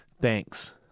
Thanks